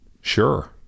Sure